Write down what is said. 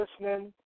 listening